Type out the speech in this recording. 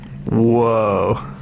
Whoa